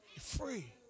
Free